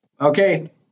okay